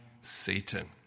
Satan